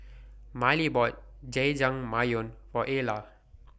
Mylie bought Jajangmyeon For Ala